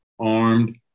armed